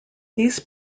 these